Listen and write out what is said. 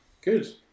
Good